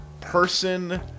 person